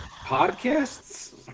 podcasts